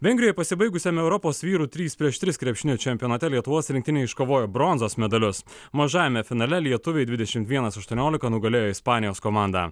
vengrijoje pasibaigusiame europos vyrų trys prieš tris krepšinio čempionate lietuvos rinktinė iškovojo bronzos medalius mažajame finale lietuviai dvidešimt vienas aštuoniolika nugalėjo ispanijos komandą